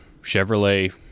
Chevrolet